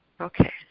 okay